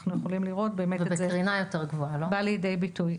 אנחנו יכולים לראות את זה באמת בא לידי ביטוי.